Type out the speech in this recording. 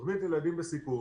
תוכנית לילדים בסיכון,